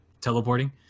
teleporting